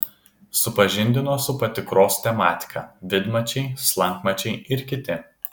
supažindino su patikros tematika vidmačiai slankmačiai ir kiti